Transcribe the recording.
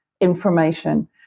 information